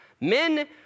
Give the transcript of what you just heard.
Men